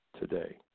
today